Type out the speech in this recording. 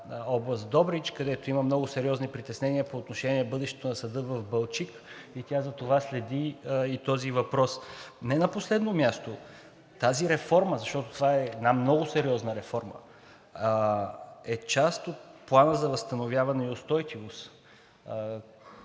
област Добрич, където има много сериозни притеснения по отношение на бъдещето на съда в Балчик и затова тя следи и този въпрос. Не на последно място, тази реформа, защото това е една много сериозна реформа, е част от Плана за възстановяване и устойчивост